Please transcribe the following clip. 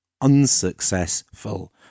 unsuccessful